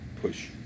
push